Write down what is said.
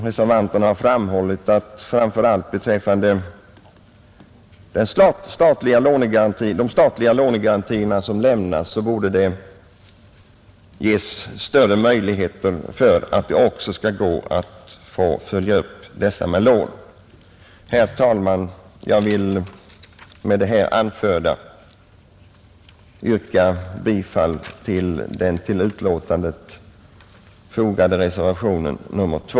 Reservanterna har framhållit att det borde ges större möjligheter att följa upp framför allt de statliga lånegarantierna med lån. Herr talman! Jag vill med det här anförda yrka bifall till den till betänkandet fogade reservationen 2.